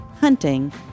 hunting